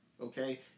Okay